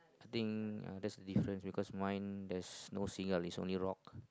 I think uh that is difference because mine there is no seagull it's only rock